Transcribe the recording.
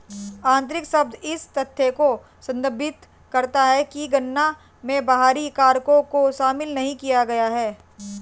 आंतरिक शब्द इस तथ्य को संदर्भित करता है कि गणना में बाहरी कारकों को शामिल नहीं किया गया है